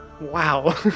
wow